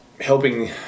helping